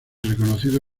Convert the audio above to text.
reconocido